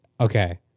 Okay